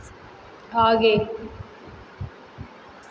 आगे